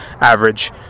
average